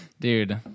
Dude